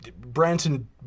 Branson